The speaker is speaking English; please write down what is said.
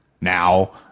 Now